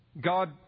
God